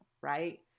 right